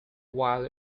while